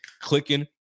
clicking